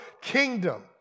kingdom